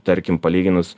tarkim palyginus